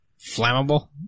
flammable